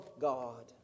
God